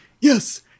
Yes